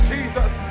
Jesus